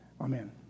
Amen